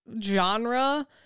genre